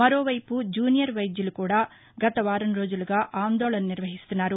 మరోవైపు జూనియర్ వైద్యులు కూడా గతవారం రోజులుగా ఆందోళన నిర్వహిస్తున్నారు